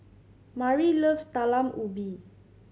Murry loves Talam Ubi